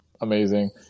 amazing